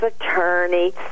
attorney